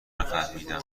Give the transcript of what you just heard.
نفهمیدم